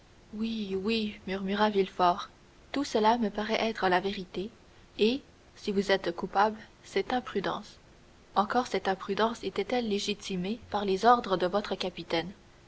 oui oui murmura villefort tout cela me paraît être la vérité et si vous êtes coupable c'est par imprudence encore cette imprudence était-elle légitimée par les ordres de votre capitaine